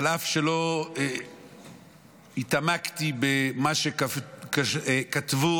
אף שלא התעמקתי במה שכתבו